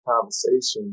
conversations